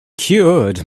cured